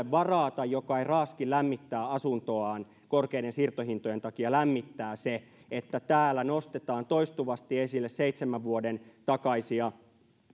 varaa tai joka ei raaski lämmittää asuntoaan korkeiden siirtohintojen takia lämmittää se että täällä nostetaan toistuvasti esille seitsemän vuoden takaisia